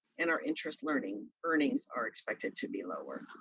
and our interest learning earnings are expected to be lower.